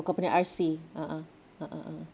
kau punya R_C a'ah a'ah a'ah